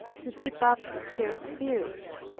to keep up her spirits.